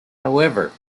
however